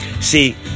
See